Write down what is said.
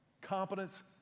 competence